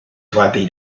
twenty